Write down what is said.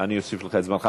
--- אני אוסיף לך את זמנך.